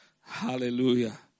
Hallelujah